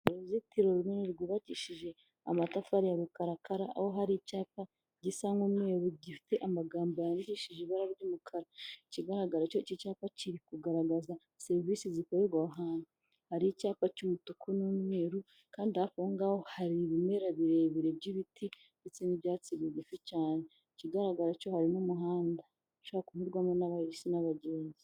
Uruzitiro runini rwubakishije amatafari ya rukarakara aho hari icyapa gisa nk'umweru gifite amagambo yandishije ibara ry'umukara ikigaragara cyo iki cyapa kiri kugaragaza serivisi zikorerwa aho ahantutu hari icyapa cy'umutuku n'umweru kandi aho ngaho hari ibimera birebire by'ibiti ndetse n'ibyatsi bigufi cyane ikigaragara cyo harimo umuhanda ushobora kunyurwamo n'abahisi n'abagenzi.